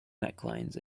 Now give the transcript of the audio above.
necklines